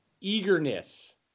eagerness